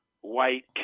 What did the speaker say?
white